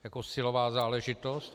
Jako silová záležitost.